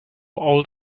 old